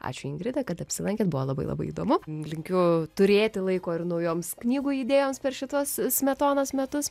ačiū ingrida kad apsilankėt buvo labai labai įdomu linkiu turėti laiko ir naujoms knygų idėjoms per šituos smetonos metus